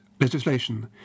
legislation